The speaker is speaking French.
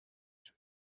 sous